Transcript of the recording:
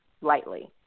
lightly